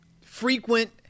frequent